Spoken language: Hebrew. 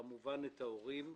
וכמובן את ההורים,